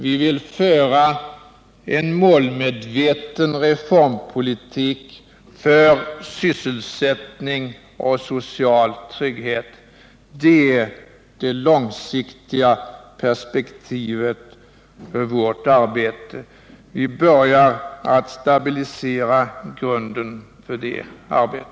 Vi vill föra en målmedveten reformpolitik för sysselsättning och social trygghet. Det är det långsiktiga perspektivet i vårt arbete. Vi börjar stabilisera grunden för det arbetet.